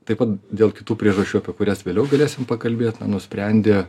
taip pat dėl kitų priežasčių apie kurias vėliau galėsim pakalbėt nusprendė